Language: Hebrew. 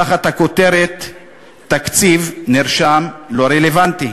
תחת הכותרת "תקציב" נרשם: לא רלוונטי.